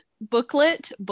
booklet